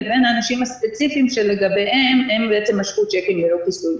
לבין האנשים הספציפיים שלגביהם הם בעצם משכו צ'קים ללא כיסוי.